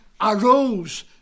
arose